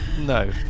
no